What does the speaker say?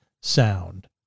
sound